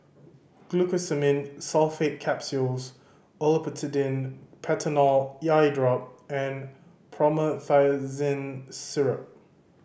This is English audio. Glucosamine Sulfate Capsules Olopatadine Patanol Eyedrop and Promethazine Syrup